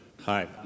Hi